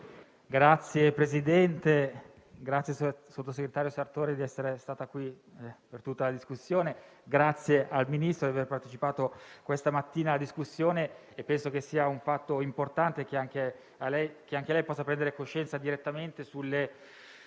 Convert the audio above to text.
Signor Presidente, ringrazio il sottosegretario Sartore per essere stata qui per tutta la discussione e il Ministro per aver partecipato questa mattina alla discussione. Penso sia un fatto importante che anche lei possa prendere coscienza direttamente delle